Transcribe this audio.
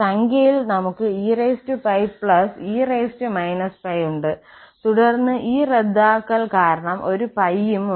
സംഖ്യയിൽ നമ്മൾക്ക് eπ e−π ഉണ്ട് തുടർന്ന് ഈ റദ്ദാക്കൽ കാരണം ഒരു π ഉം ഉണ്ട്